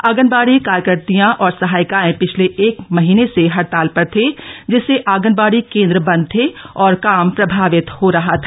आंगनबाडी कार्यकत्रियां और सहायिकाएं पिछले एक महीने से हड़ताल पर थे जिससे आंगनबाड़ी केंद्र बंद थे और काम प्रभावित हो रहा था